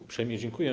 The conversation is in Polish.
Uprzejmie dziękuję.